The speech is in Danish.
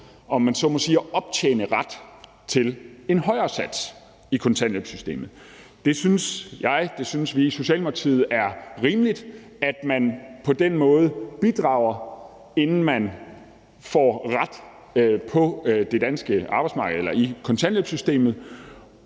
om man så må sige – at optjene ret til en højere sats i kontanthjælpssystemet. Det synes jeg, og det synes vi i Socialdemokratiet er rimeligt, altså at man på den måde bidrager, inden man får en ret i kontanthjælpssystemet,